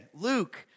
Luke